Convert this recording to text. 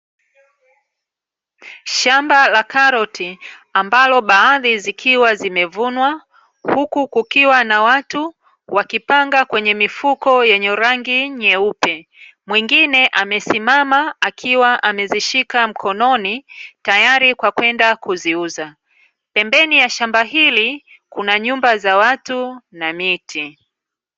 Shamba la karoti ambalo baadhi zikiwa zimevunwa huku kukiwa na watu wakipanga kwenye mifuko yenye rangi nyeupe, mwingine amesimama akiwa amezishika mkononi tayari kwa kwenda kuziuza. Pembeni ya shamba hili kuna nyumba za watu na miti.